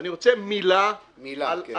אני רוצה מילה -- מילה, כן.